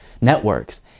networks